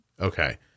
Okay